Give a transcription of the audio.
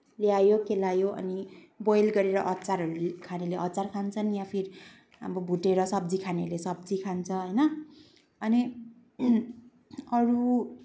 ल्यायो केलायो अनि बोइल गरेर अचारहरू खानेले अचार खान्छन् या फिर अब भुटेर सब्जी खानेले सब्जी खान्छन् होइन अनि अरू